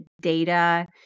data